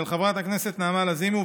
של חברת הכנסת נעמה לזימי,